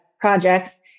projects